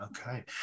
okay